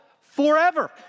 forever